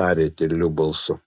tarė tyliu balsu